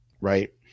Right